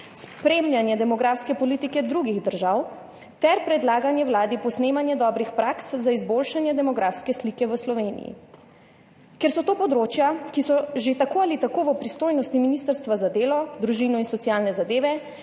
spremljanje demografske politike drugih držav ter predlaganje Vladi posnemanja dobrih praks za izboljšanje demografske slike v Sloveniji. Ker so to področja, ki so že tako ali tako v pristojnosti Ministrstva za delo, družino, socialne zadeve